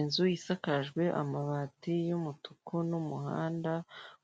Inzu isakajwe amabati y'umutuku, n'umuhanda